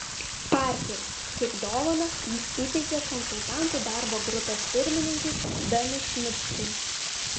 parkerį kaip dovaną jis įteikė konsultantų darbo grupės pirmininkui benui šmidtui